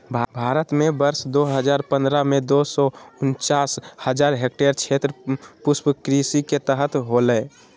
भारत में वर्ष दो हजार पंद्रह में, दो सौ उनचास हजार हेक्टयेर क्षेत्र पुष्पकृषि के तहत होले